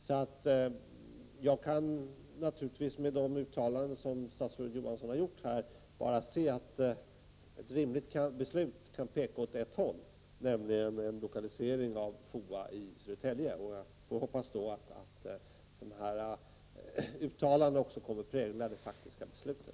Mot bakgrund av de uttalanden som statsrådet Johansson har gjort här kan jag bara se att ett rimligt beslut kan peka åt ett håll, nämligen en lokalisering av FOA i Södertälje. Jag får hoppas att dessa uttalanden också kommer att prägla det faktiska beslutet.